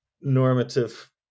normative